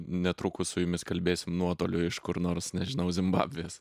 netrukus su jumis kalbėsim nuotoliu iš kur nors nežinau zimbabvės